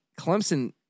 Clemson